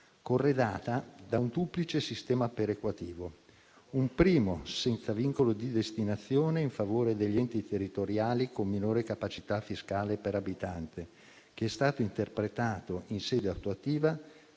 corredata da un duplice sistema perequativo: un primo senza vincolo di destinazione in favore degli enti territoriali, con minore capacità fiscale per abitante, che è stato interpretato in sede attuativa